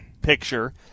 picture